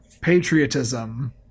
patriotism